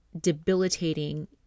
debilitating